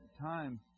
time